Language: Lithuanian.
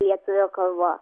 lietuvių kalba